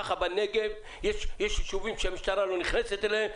בנגב יש יישובים שהמשטרה לא נכנסת אליהם,